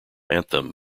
anthem